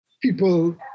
people